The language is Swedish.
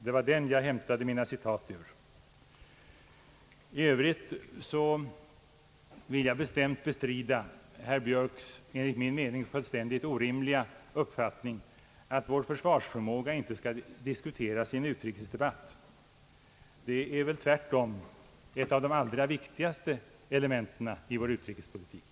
Det var den jag hämtade mina citat ur. I övrigt vill jag bestämt bestrida herr Björks enligt min mening fullständigt orimliga uppfattning att vår försvarsförmåga inte skall diskuteras i en utrikesdebatt. Den är väl tvärtom ett av de allra viktigaste elementen i vår utrikespolitik.